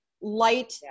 light